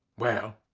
well,